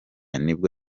nibwo